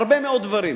הרבה מאוד דברים